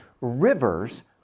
rivers